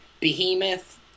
Behemoth